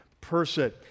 person